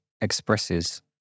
expresses